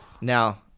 Now